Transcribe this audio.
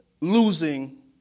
losing